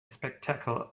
spectacle